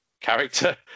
character